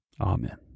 amen